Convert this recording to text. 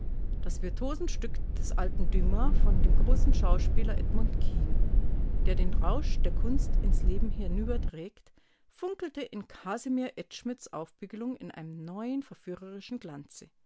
das virtuosenstück des alten dumas von dem großen schauspieler edmund kean der den rausch der kunst ins leben hinüberträgt funkelte in kasimir edschmids aufbügelung in einem neuen verführerischen glanze